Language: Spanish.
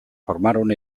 formaron